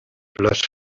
place